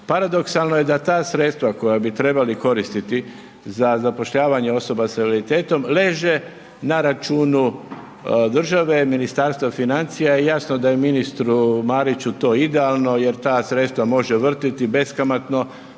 paradoksalno je da ta sredstva koja bi trebali koristiti za zapošljavanje osoba s invaliditetom leže na računu države, Ministarstva financija i jasno da je ministru Mariću to idealno jer ta sredstva može vrtjeti beskamatno